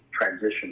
transition